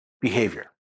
behavior